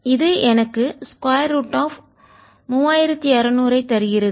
இது எனக்கு square root of 3600 தருகிறது